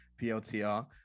PLTR